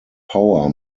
power